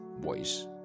voice